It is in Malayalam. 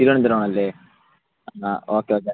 തിരുവനന്തപുരം ആണല്ലേ ആ ഓക്കെ ഓക്കെ